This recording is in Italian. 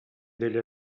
delle